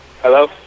Hello